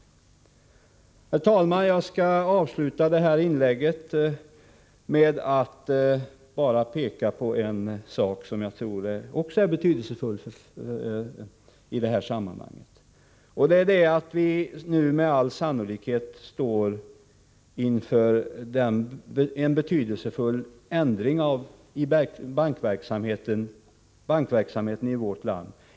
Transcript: Herr talman! Jag skall avsluta mitt inlägg med att peka på en sak som jag tror också är viktig i sammanhanget. Det är att vi nu med all sannolikhet står inför en betydelsefull ändring i bankverksamheten i vårt land.